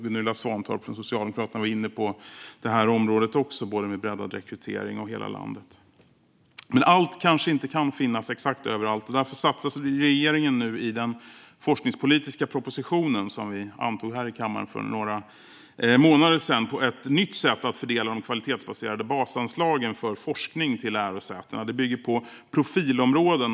Gunilla Svantorp från Socialdemokraterna var också inne på breddad rekrytering och forskningsmiljöer i hela landet. Men allt kanske inte kan finnas exakt överallt. Därför satsar regeringen i den forskningspolitiska proposition som vi antog här i kammaren för några månader sedan på ett nytt sätt att fördela de kvalitetsbaserade basanslagen för forskning till lärosätena. Det bygger på profilområden.